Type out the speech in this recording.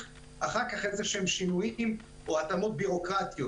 אחר כך איזשהם שינויים או התאמות בירוקרטיות.